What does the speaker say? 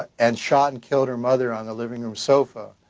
ah and shot and killed her mother on the living room sofa,